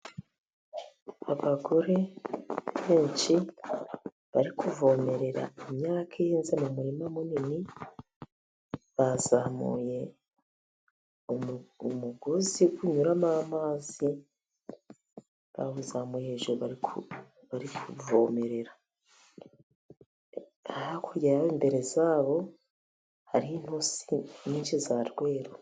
Abagore benshi bari kuvomerera imyaka ihinze mu murima munini, bazamuye umugozi unyuramo amazi bawuzamuye hejuru bari kuvomerera, hakurya yabo imbere yabo hariho intusi nyinshi za nyiramweru.